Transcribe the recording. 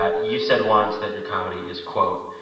ah you said once that your comedy is, quote,